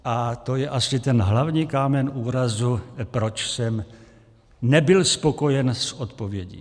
A to je asi ten hlavní kámen úrazu, proč jsem nebyl spokojen s odpovědí.